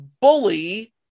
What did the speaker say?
Bully